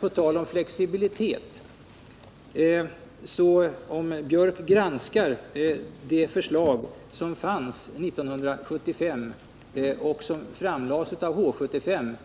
På tal om flexibilitet vill jag framhålla att om Gunnar Biörck granskar det förslag som 1976 framlades av H 75